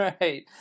right